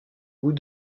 goût